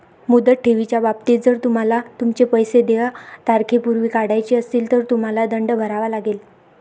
मुदत ठेवीच्या बाबतीत, जर तुम्हाला तुमचे पैसे देय तारखेपूर्वी काढायचे असतील, तर तुम्हाला दंड भरावा लागेल